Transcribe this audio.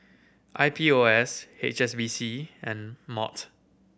I P O S H S B C and MOT